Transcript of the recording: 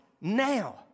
now